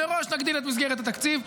מראש נגדיל את מסגרת התקציב.